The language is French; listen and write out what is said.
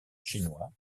chinois